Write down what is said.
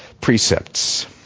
precepts